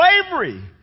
slavery